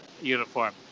uniform